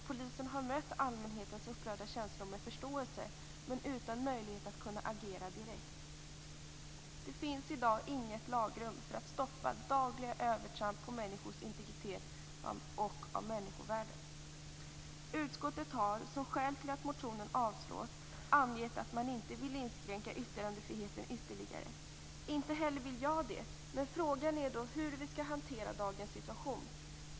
Polisen har mött allmänhetens upprörda känslor med förståelse men utan möjlighet att agera direkt. Det finns i dag inget lagrum för att stoppa dagliga övertramp på människors integritet och människovärdet. Som skäl till att motionen avstyrks har utskottet angett att man inte vill inskränka yttrandefriheten ytterligare. Det vill inte jag heller, men frågan är hur vi skall hantera dagens situation.